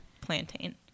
plantain